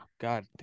God